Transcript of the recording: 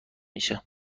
میشه